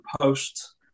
post